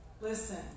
listen